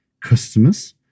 customers